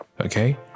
okay